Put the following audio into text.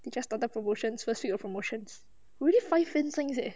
they just started promotions first week of promotions really five fan signs eh